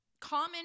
Common